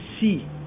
see